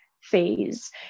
phase